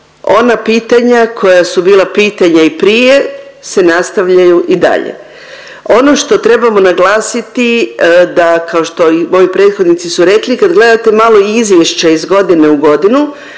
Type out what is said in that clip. ona pitanja koja su bila pitanja i prije se nastavljaju i dalje. Ono što trebamo naglasiti da kao što i moji prethodnici su rekli kad gledate malo izvješća iz godine u godinu